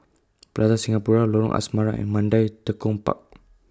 Plaza Singapura Lorong Asrama and Mandai Tekong Park